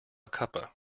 cuppa